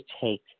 take